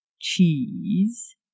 Cheese